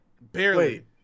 Barely